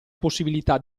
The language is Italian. possibilità